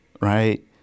Right